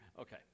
Okay